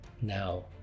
now